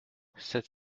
sept